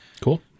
cool